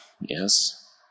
yes